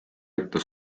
ette